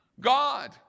God